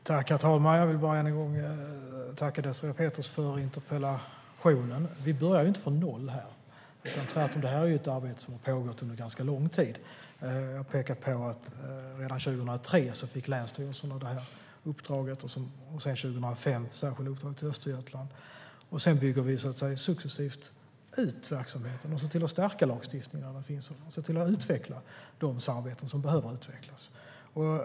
Herr talman! Jag vill än en gång tacka Désirée Pethrus för interpellationen. Vi börjar inte från noll - tvärtom. Det här är ett arbete som har pågått under en ganska lång tid. Jag pekar på att länsstyrelserna fick det här uppdraget redan 2003. Och sedan 2005 har Östergötland ett särskilt uppdrag. Sedan bygger vi successivt ut verksamheten och ser till att stärka lagstiftningen och utveckla de samarbeten som behöver utvecklas.